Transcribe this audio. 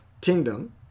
kingdom